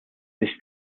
nicht